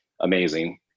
amazing